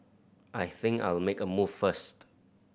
I think I'll make a move first